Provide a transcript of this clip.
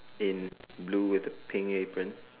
in blue with a pink apron